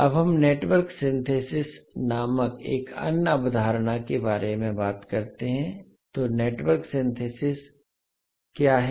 अब हम network synthesis नामक एक अन्य अवधारणा के बारे में बात करते हैं तो नेटवर्क सिंथेसिस क्या है